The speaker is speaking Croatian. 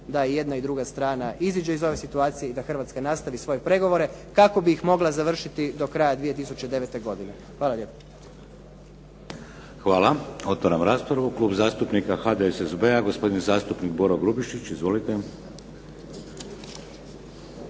da jedna i druga strana iziđe iz ove situacije i da Hrvatska nastavi svoje pregovore kako bi ih mogla završiti do kraja 2009. godine. Hvala lijepo. **Šeks, Vladimir (HDZ)** Hvala. Otvaram raspravu. Klub zastupnika HDSSB-a gospodin zastupnik Boro Grubišić. Izvolite.